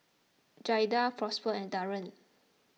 Jaida Prosper and Darien